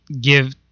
give